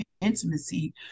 intimacy